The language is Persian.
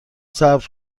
صبر